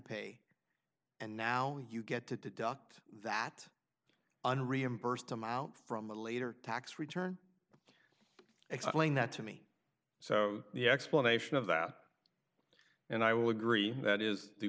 pay and now you get to deduct that on reimbursed amount from a later tax return explain that to me so the explanation of that and i will agree that is the